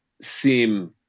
seem